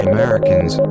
Americans